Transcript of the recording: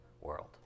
world